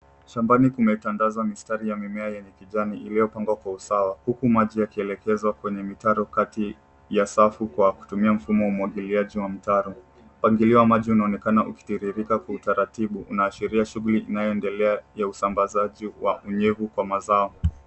Shambani kumetandazwa mistari ya mimea yenye kijani, iliyopandwa kwa usawa huku maji yakielekezwa kwenye mitaro kati ya safu kwa kutumia mfumo wa umwagiliaji wa mtaro. Mpangilio wa maji unaonekana kukitirirka kwa utaratibu unaashiria shuguli inayoendelea ya usambazaji wa unyevu kwa mazao.